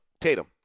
Tatum